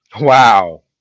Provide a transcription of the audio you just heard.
Wow